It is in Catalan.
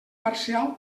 parcial